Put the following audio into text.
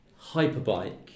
hyperbike